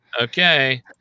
Okay